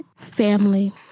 Family